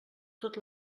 tot